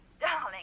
darling